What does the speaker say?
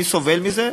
מי סובל מזה?